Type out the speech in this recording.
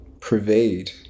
pervade